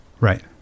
Right